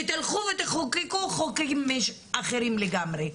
ותלכו ותחוקקו חוקים אחרים לגמרי.